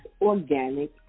Organic